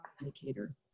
indicator